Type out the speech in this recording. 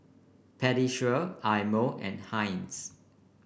Pediasure Eye Mo and Heinz